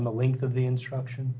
on the length of the instruction